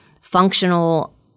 functional